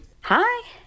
Hi